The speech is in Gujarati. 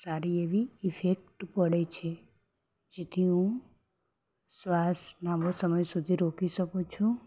સારી એવી ઈફેક્ટ પડે છે જેથી હું શ્વાસ લાંબો સમય સુધી રોકી શકું છું